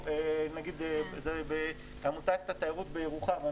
נגיד עמותת תיירות בירוחם.